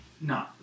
no